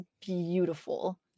beautiful